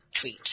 tweet